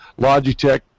Logitech